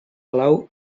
palau